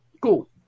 Cool